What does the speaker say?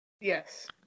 Yes